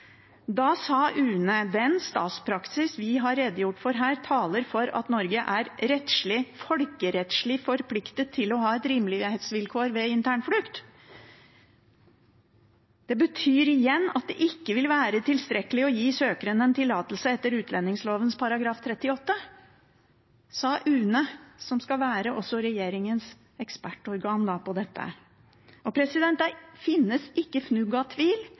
Da sa UNE: «Den statspraksis vi har redegjort for her, taler for at Norge er folkerettslig forpliktet til å ha et rimelighetsvilkår ved internflukt Det betyr igjen at det ikke vil være tilstrekkelig å gi søkeren en tillatelse etter utlendingsloven § 38.» Det sa UNE, som skal være regjeringens ekspertorgan på dette. Det finnes ikke fnugg av tvil